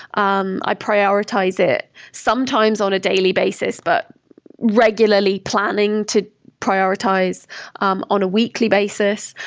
um i prioritize it, sometimes, on a daily basis, but regularly planning to prioritize um on a weekly basis.